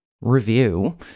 review